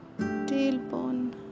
tailbone